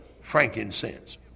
frankincense